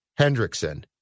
Hendrickson